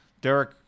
Derek